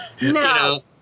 No